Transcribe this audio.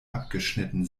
abgeschnitten